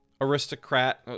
Aristocrat